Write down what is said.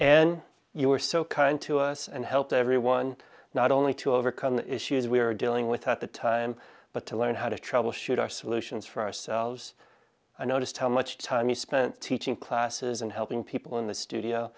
and you were so kind to us and helped everyone not only to overcome the issues we were dealing with at the time but to learn how to troubleshoot our solutions for ourselves i noticed how much time we spent teaching classes and helping people in the studio